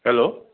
hello